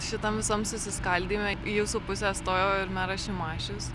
šitam visam susiskaldyme į jūsų pusę stojo ir meras šimašius